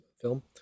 film